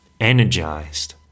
energized